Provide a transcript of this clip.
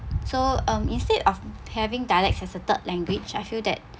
so um instead of having dialects as a third language I feel that